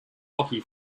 hockey